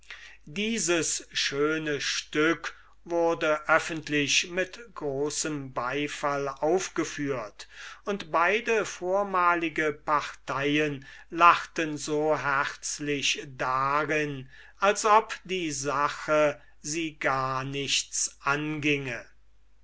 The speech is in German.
dieses schöne stück wurde öffentlich mit großem beifall aufgeführt und beide ehmalige parteien lachten so herzlich darin als ob die sache sie gar nichts anginge